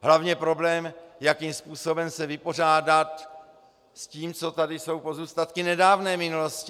Hlavně problém, jakým způsobem se vypořádat s tím, co tady jsou pozůstatky nedávné minulosti.